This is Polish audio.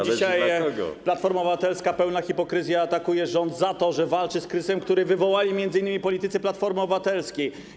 Dzisiaj Platforma Obywatelska, pełna hipokryzja, atakuje rząd za to, że walczy z kryzysem, który wywołali m.in. politycy Platformy Obywatelskiej.